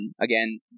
Again